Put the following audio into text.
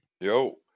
Yo